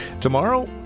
Tomorrow